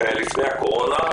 לפני הקורונה.